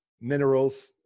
Minerals